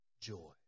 joy